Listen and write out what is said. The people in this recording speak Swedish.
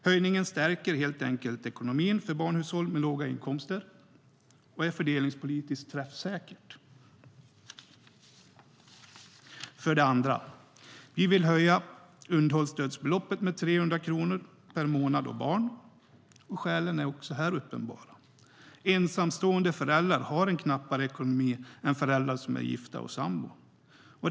Höjningen stärker helt enkelt ekonomin för barnfamiljshushåll med låga inkomster, och det är fördelningspolitiskt träffsäkert. För det andra: Vi vill höja underhållsstödsbeloppet med 300 kronor per månad och barn. Skälen är också här uppenbara. Ensamstående föräldrar har en knappare ekonomi än föräldrar som är gifta eller sambor.